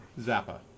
Zappa